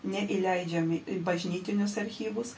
neįleidžiami į bažnytinius archyvus